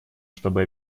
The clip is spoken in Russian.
чтобы